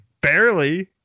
Barely